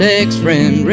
ex-friend